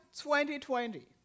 2020